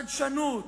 חדשנות,